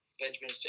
Benjamin